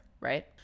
right